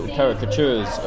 caricatures